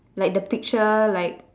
like the picture like